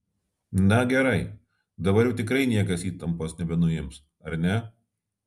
na gerai dabar jau tikrai niekas įtampos nebenuims ar ne